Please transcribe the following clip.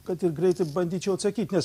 kad ir greitai bandyčiau atsakyt nes